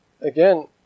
again